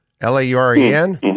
L-A-U-R-E-N